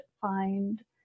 find